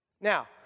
Now